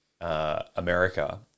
America